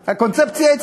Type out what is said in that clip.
הקונספציה,